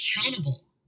accountable